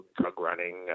drug-running